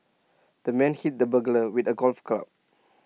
the man hit the burglar with A golf club